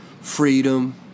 freedom